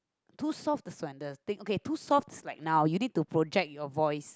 too soft is wonder okay too soft is like now you need to project your voice